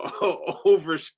over